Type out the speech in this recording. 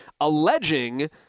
alleging